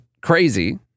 crazy